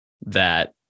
that-